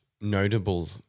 notable